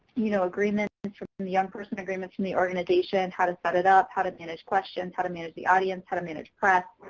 you know, agreement between the young person agreements and the organization. and how to set it up. how to manage questions. how to manage the audience. how to manage press.